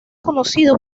conocido